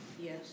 Yes